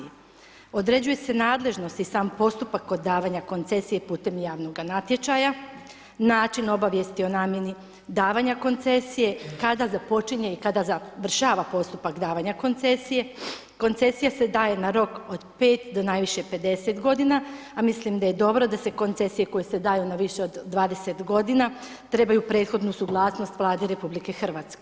Određuje se nadležnost i sam postupak davanja koncesije putem javnog natječaja, način obavijesti o namjeni davanja koncesije, kada započinje i kada završava postupak davanja koncesije, koncesija se daje na rok od 5 do najviše 50 g. a mislim da je dobro da se koncesije koje se daju na više od 20 g. trebaju prethodnu suglasnost Vlade RH.